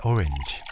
Orange